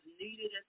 needed